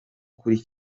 kuri